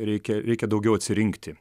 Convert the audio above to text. reikia reikia daugiau atsirinkti